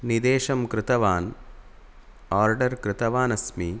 निदेशं कृतवान् आर्डर् कृतवानस्मि